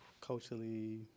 culturally